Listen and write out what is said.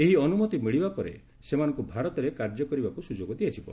ଏହି ଅନୁମତି ମିଳିବା ପରେ ସେମାନଙ୍କୁ ଭାରତରେ କାର୍ଯ୍ୟକରିବାକୁ ସୁଯୋଗ ଦିଆଯିବ